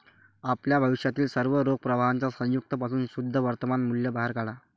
आपल्या भविष्यातील सर्व रोख प्रवाहांच्या संयुक्त पासून शुद्ध वर्तमान मूल्य बाहेर काढा